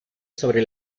sobre